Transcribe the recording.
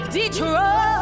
Detroit